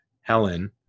Helen